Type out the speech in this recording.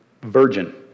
Virgin